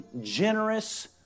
generous